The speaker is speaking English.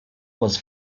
was